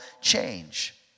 change